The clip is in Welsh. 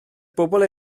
bobl